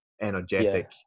energetic